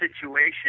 situation